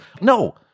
no